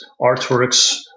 artworks